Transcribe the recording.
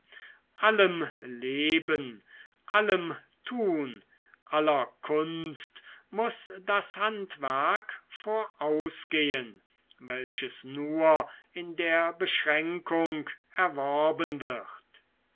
allem leben allem tun aller kunst muß das handwerk vorausgehen welches nur in der beschränkung erworben wird